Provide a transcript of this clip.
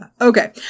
Okay